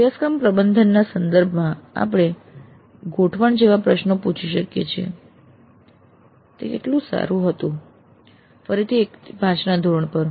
અભ્યાસક્રમ પ્રબંધનના સંદર્ભમાં આપણે અભ્યાસક્રમ ગોઠવણ જેવા પ્રશ્નો પૂછી શકીએ છીએ તે કેટલું સારું હતું ફરી 1 થી 5 ના ધોરણ પર